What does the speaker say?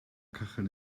kacheln